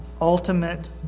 Ultimate